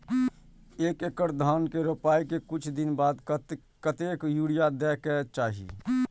एक एकड़ धान के रोपाई के कुछ दिन बाद कतेक यूरिया दे के चाही?